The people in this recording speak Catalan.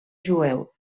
jueu